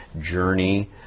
journey